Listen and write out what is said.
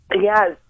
Yes